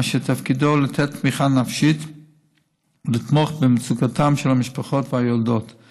אשר תפקידו לתת תמיכה נפשית ולתמוך במשפחות וביולדות במצוקה.